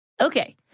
Okay